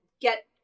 get